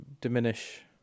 diminish